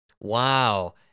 Wow